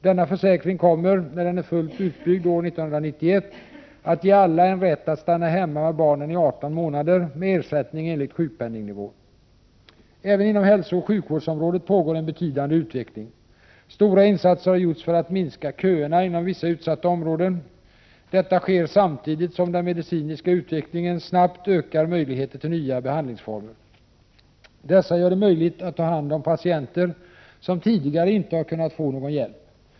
Denna försäkring kommer, när den är fullt utbyggd år 1991, att ge alla en rätt att stanna hemma med barnen i 18 månader med ersättning enligt sjukpenningnivån. Även inom hälsooch sjukvårdsområdet pågår en betydande utveckling. Stora insatser har gjorts för att minska köerna inom vissa utsatta områden. Detta sker samtidigt som den medicinska utvecklingen snabbt öppnar möjligheter till nya behandlingsformer. Dessa gör det möjligt att ta hand om patienter som tidigare inte har kunnat få någon hjälp.